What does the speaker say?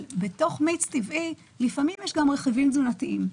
בתוך מיץ טבעי לפעמים יש גם רכיבים תזונתיים,